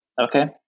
Okay